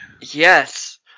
Yes